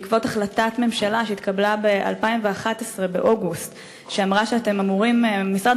בעקבות החלטת ממשלה שהתקבלה באוגוסט 2011 ואמרה שמשרד